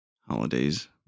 holidays